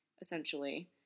Essentially